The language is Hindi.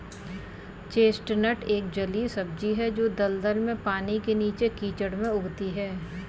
चेस्टनट एक जलीय सब्जी है जो दलदल में, पानी के नीचे, कीचड़ में उगती है